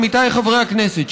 עמיתיי חברי הכנסת,